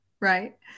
Right